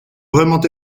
vraiment